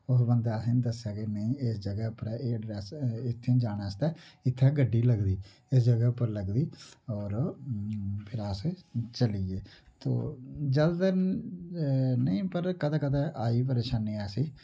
ओह् बंदा असें दस्सेआ कि नेईं इस ज'गा उप्पर एह् अड्रैस्स इत्थै जाने आस्तै इत्थै गड्डी लगदी इस ज'गा उप्पर लगदी और फिर अस चली ए तो जैदातर नेईं पर कदें कदें आई परेशानी असें ई